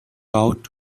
out